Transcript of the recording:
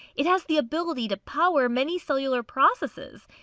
it has the ability to power many cellular processes.